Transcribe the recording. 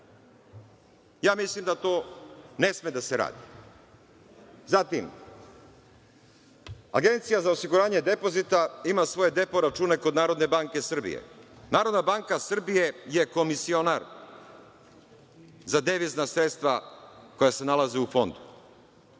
Mislim da to ne sme da se radi. Zatim, Agencija za osiguranje depozita ima svoje depo račune kod Narodne banke Srbije. Narodna banka Srbije je komisionar za devizna sredstva koja se nalaze u fondu,